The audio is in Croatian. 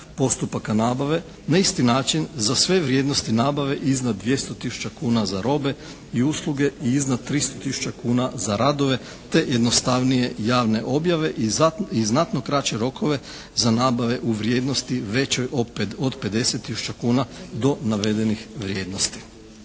postupaka nabave na isti način za sve vrijednosti nabave iznad 200 tisuća kuna za robe i usluge i iznad 300 tisuća kuna za radove te jednostavnije javne objave i znatno kraće rokove za nabave u vrijednosti većoj od 50 tisuća kuna do navedenih vrijednosti.